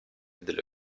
dello